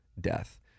death